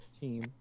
team